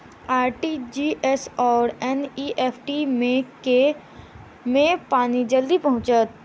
RTGS आओर NEFT मे केँ मे पानि जल्दी पहुँचत